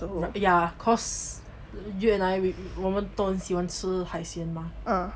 ya cause you and I 我们都很喜欢吃海鲜 mah